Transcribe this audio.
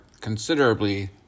considerably